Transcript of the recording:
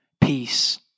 peace